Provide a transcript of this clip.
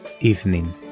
Evening